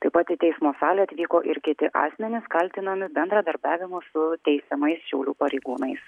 taip pat į teismo salę atvyko ir kiti asmenys kaltinami bendradarbiavimu su teisiamais šiaulių pareigūnais